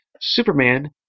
Superman